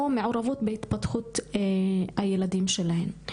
או להפחית את מעורבות בהתפתחות הילדים שלהן.